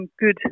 good